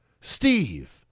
Steve